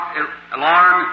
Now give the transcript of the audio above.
alarm